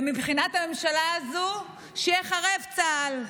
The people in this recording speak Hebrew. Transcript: מבחינת הממשלה הזו, שייחרב צה"ל.